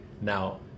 Now